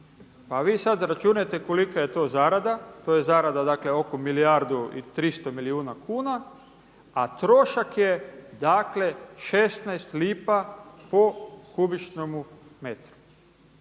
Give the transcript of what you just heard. pa vi sada izračunajte kolika je to zarada. To je zarada oko milijardu i 300 milijuna kuna, a trošak je dakle 16 lipa po kubičnome metru.